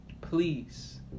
Please